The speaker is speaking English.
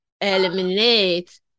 eliminate